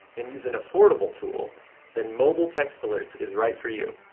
and use an affordable tool then mobile text alerts is right for you.